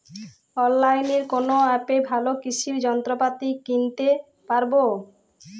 অনলাইনের কোন অ্যাপে ভালো কৃষির যন্ত্রপাতি কিনতে পারবো?